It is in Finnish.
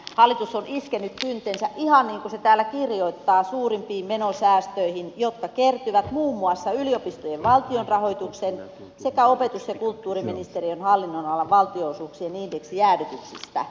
hallitus on iskenyt kyntensä ihan niin kuin se täällä kirjoittaa suurimpiin menosäästöihin jotka kertyvät muun muassa yliopistojen valtionrahoituksen sekä opetus ja kulttuuriministeriön hallinnonalan valtionosuuksien indeksijäädytyksistä